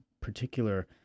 particular